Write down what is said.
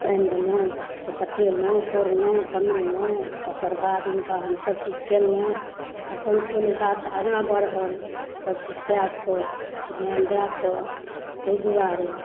पानि देलहुँ से पटेलहुँ कोरलहुँ तमेलहुँ तेकर बाद हुनका हम सब चीज कयलहुँ तखन फूल गाछ आगाँ बढ़ल सब चीज कै कऽ धिआन दै कऽ ताहि दुआरे